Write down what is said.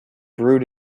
brewed